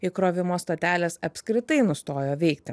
įkrovimo stotelės apskritai nustojo veikti